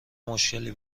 مشکلی